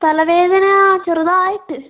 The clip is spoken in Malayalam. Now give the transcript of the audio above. തലവേദന ചെറുതായിട്ട്